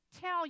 tell